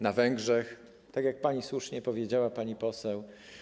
na Węgrzech, tak jak pani słusznie powiedziała, pani poseł.